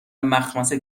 مخمصه